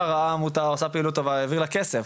ראה עמותה עושה פעילות טובה והעביר לה כסף.